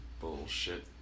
bullshit